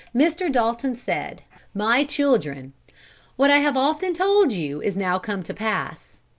mr. dalton said my children what i have often told you is now come to pass.